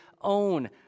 own